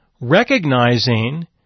recognizing